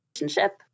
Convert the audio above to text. relationship